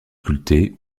sculptées